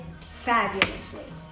fabulously